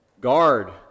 Guard